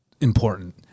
important